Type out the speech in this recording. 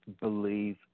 believe